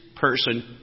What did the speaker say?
person